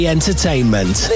Entertainment